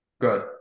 good